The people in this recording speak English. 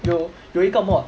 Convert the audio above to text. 有有一个 mod